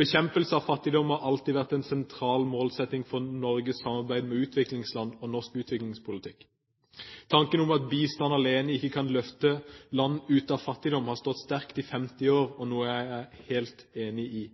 Bekjempelse av fattigdom har alltid vært en sentral målsetting for Norges samarbeid med utviklingsland og for norsk utviklingspolitikk. Tanken om at bistand alene ikke kan løfte land ut av fattigdom har stått sterkt i 50 år, og er noe jeg er helt enig i.